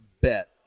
bet